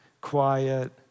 quiet